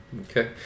Okay